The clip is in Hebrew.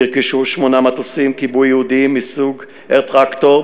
נרכשו שמונה מטוסי כיבוי ייעודיים מסוג "אייר טרקטור".